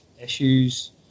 issues